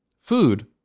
food